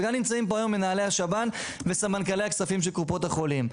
וגם נמצאים פה היום מנהלי השב"ן וסמנכ"לי הכספים של קופות החולים.